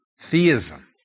theism